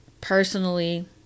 personally